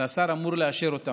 והשר אמור לאשר אותן.